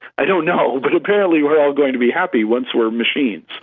i don't know, but apparently we're all going to be happy once we're machines.